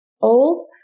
old